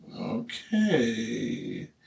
Okay